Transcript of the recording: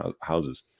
houses